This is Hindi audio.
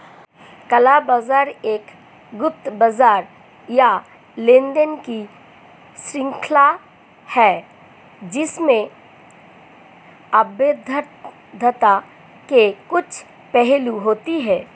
काला बाजार एक गुप्त बाजार या लेनदेन की श्रृंखला है जिसमें अवैधता के कुछ पहलू होते हैं